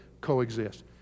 coexist